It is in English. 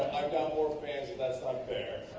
i've got more fans and that's not